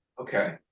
Okay